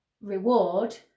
reward